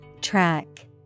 Track